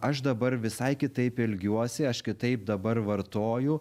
aš dabar visai kitaip elgiuosi aš kitaip dabar vartoju